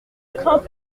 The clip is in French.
crains